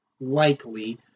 likely